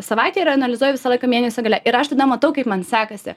savaitę ir analizuoju visą laiką mėnesio gale ir aš tada matau kaip man sekasi